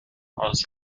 aus